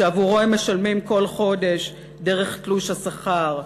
שעבורו הם משלמים כל חודש דרך תלוש השכר,